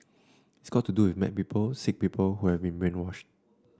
it's got to do with mad people sick people who have been brainwashed